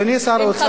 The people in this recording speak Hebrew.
אדוני שר האוצר.